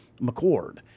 McCord